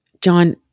John